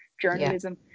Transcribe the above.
journalism